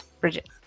Bridget